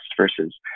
versus